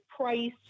Price